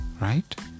right